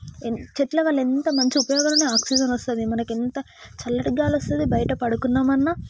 ఎం చెట్లు వల్ల ఎంత మంచి ఉపయోగాలని ఆక్సిజన్ వస్తుంది మనకు ఎంత చల్లటి గాలి వస్తుంది బయట పడుకున్నాం అన్న